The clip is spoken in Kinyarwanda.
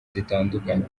zitandukanye